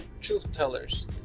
truth-tellers